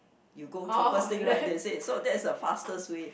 you go through first thing right they said so that is the fastest way